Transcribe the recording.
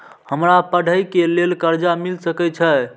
हमरा पढ़े के लेल कर्जा मिल सके छे?